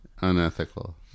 unethical